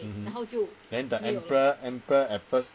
mm then the emperor emperor at first